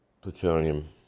plutonium